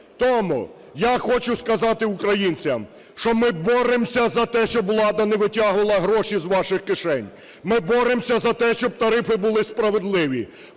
Тому я хочу сказати українцям, що ми боремося за те, щоб влада не витягувала гроші з ваших кишень. Ми боремося за те, щоб тарифи були справедливі.